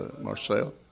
Marcel